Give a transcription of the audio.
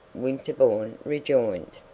winterbourne rejoined.